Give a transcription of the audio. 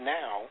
now